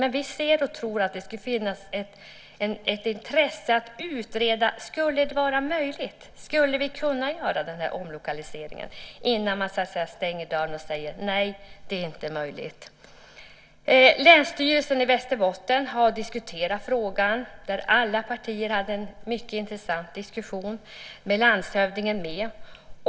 Men vi tror att det skulle finnas ett intresse att utreda om det skulle vara möjligt att göra denna omlokalisering innan man stänger dörren och säger att det inte är möjligt. Länsstyrelsen i Västerbotten har diskuterat frågan där alla partier hade en mycket intressant diskussion då landshövdingen var med.